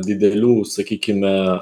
didelių sakykime